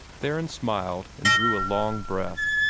theron smiled, and drew a long breath.